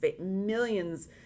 millions